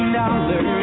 dollars